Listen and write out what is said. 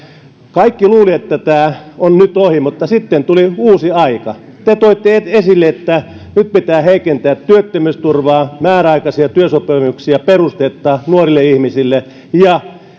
kaikki luulivat että tämä on nyt ohi mutta sitten tuli uusi aika te toitte esille että nyt pitää heikentää työttömyysturvaa tehdä perusteetta määräaikaisia työsopimuksia nuorille ihmisille ja